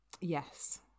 yes